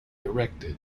erected